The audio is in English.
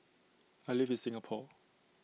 I live in Singapore